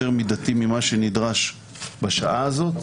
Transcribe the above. יותר מידתי ממה שנדרש בשעה הזאת,